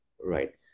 Right